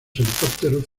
helicópteros